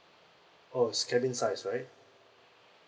oh it's cabin size right